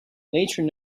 nature